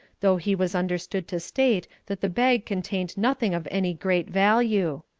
though he was understood to state that the bag contained nothing of any great value.